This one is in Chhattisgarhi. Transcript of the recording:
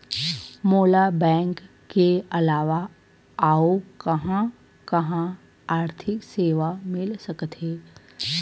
मोला बैंक के अलावा आऊ कहां कहा आर्थिक सेवा मिल सकथे?